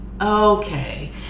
Okay